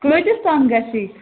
کٕتِس تام گَژھی